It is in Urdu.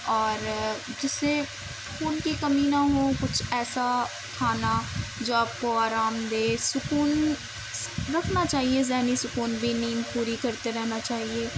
اور جس سے خون کی کمی نہ ہو کچھ ایسا کھانا جو آپ کو آرام دے سکون رکھنا چاہیے ذہنی سکون بھی نیند پوری کرتے رہنا چاہیے